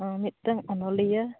ᱢᱤᱫᱴᱮᱱ ᱚᱱᱚᱞᱤᱭᱟᱹ